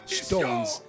stones